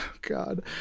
god